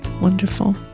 Wonderful